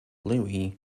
louie